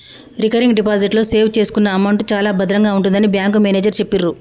recurring deposit లో save చేసుకున్న amount చాలా భద్రంగా ఉంటుందని బ్యాంకు మేనేజరు చెప్పిర్రు